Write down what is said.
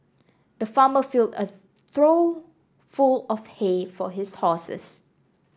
the farmer filled a trough full of hay for his horses